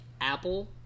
apple